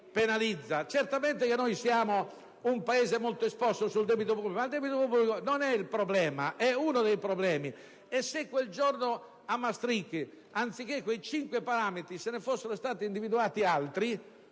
penalizza, certamente il nostro è un Paese molto esposto sul debito pubblico; ma quest'ultimo non è il problema, è uno dei problemi. Se quel giorno a Maastricht, anziché quei cinque parametri, ne fossero stati individuati altri,